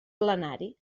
plenari